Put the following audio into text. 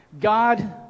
God